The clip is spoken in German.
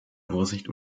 vorsicht